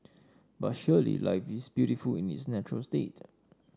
but surely life is beautiful in its natural state